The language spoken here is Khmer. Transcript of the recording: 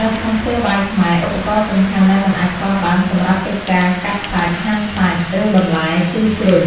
នៅក្នុងផ្ទះបាយខ្មែរ ឧបករណ៍សំខាន់ដែលមិនអាចខ្វះបានសម្រាប់កិច្ចការកាប់សាច់ ហាន់សាច់ ឬបន្លែ គឺ ជ្រញ់